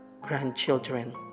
grandchildren